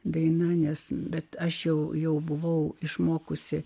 daina nes bet aš jau buvau išmokusi